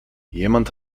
jemand